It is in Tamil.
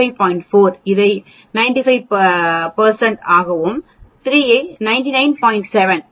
4 இதை 95 ஆகவும் 3 ஐ 99